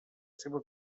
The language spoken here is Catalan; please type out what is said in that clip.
seva